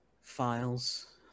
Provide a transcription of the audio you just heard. files